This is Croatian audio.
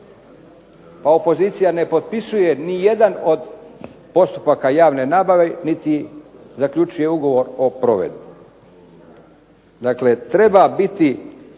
Opozicija ne potpisuje nijedan od postupaka javne nabave niti zaključuje ugovor o provedbi.